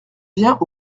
viens